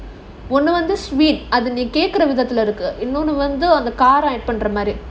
ஒன்னு வந்து:onnu vandhu sweet அது வந்து நீ கேக்குற விதத்துல இருக்கு:adhu vandhu nee kekura vithathula irukku